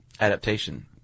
Adaptation